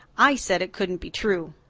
i said it couldn't be true.